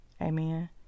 Amen